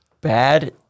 bad